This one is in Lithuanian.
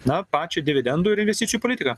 na pačią dividendų ir investicijų politiką